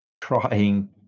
trying